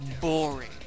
boring